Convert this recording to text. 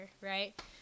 right